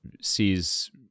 sees